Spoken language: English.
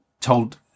told